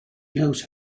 knows